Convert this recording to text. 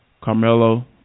Carmelo